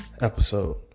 episode